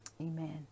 Amen